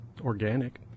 Organic